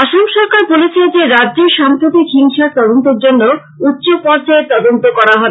আসাম সরকার বলেছে যে রাজ্যে সাম্প্রতিক হিংসার তদন্তের জন্য উচ্চ পর্যায়ের তদন্ত কমিটি গঠন করা হবে